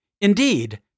Indeed